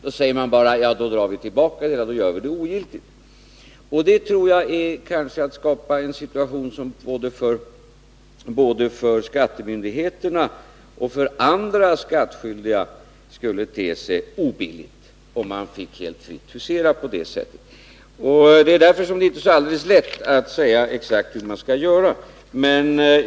Då skulle man bara säga: Vi drar tillbaka det hela och gör det ogiltigt. Det vore kanske att skapa en situation som både för skattemyndigheterna och för skattskyldiga skulle te sig obillig. Det är därför som det inte är alldeles lätt att exakt säga hur man skall göra.